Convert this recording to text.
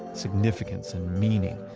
significance and meaning.